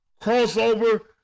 crossover